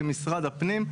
כמשרד הפנים,